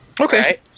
Okay